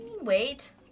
Wait